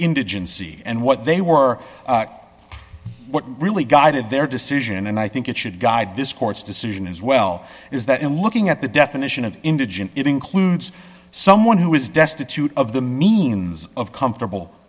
indigency and what they were what really guided their decision and i think it should guide this court's decision as well is that in looking at the definition of indigent it includes someone who is destitute of the means of comfortable